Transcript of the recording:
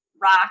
rock